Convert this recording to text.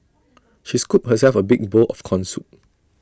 she scooped herself A big bowl of Corn Soup